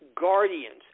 guardians